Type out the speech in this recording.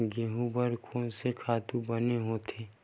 गेहूं बर कोन से खातु बने होथे?